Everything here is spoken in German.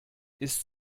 ist